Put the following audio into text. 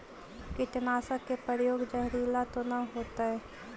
कीटनाशक के प्रयोग, जहरीला तो न होतैय?